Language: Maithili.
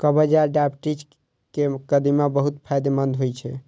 कब्ज आ डायबिटीज मे कदीमा बहुत फायदेमंद होइ छै